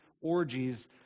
orgies